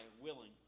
willing